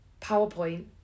powerpoint